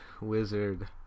Wizard